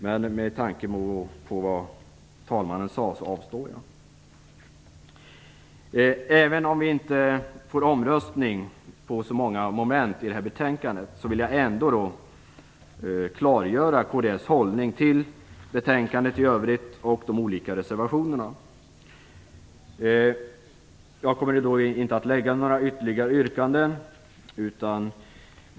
Men med tanke på vad talmannen sade avstår jag från att framställa något yrkande. Även om det inte blir omröstning om så många moment i utskottets hemställan vill jag ändå klargöra kds hållning till betänkandet i övrigt och till de olika reservationerna. Jag kommer inte att framställa några ytterligare yrkanden.